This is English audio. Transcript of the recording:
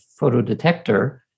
photodetector